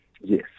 Yes